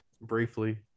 Briefly